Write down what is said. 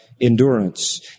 endurance